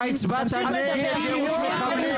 אתה הצבעת נגד גירוש מחבלים,